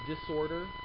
disorder